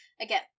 Again